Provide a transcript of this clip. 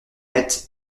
net